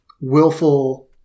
willful